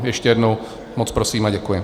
Ještě jednou moc prosím a děkuji.